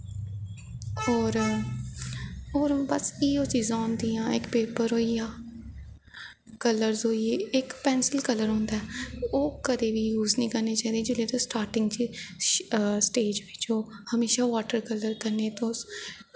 होर होर बस इयो चीजां होंदियां इक पेपर होई गेआ कल्लर होई गे इक पैंसल कल्लर होंदा ऐ ओह् कदैं बी यूस निं करना चाहिदा जिसलै तुस स्टार्टिंग च स्टेज बिच्च ओ म्हेशा बॉटर कल्लर कन्नै तुस